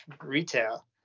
retail